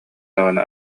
даҕаны